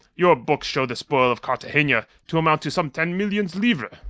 your books show the spoil of cartagena to amount to some ten million livres.